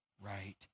right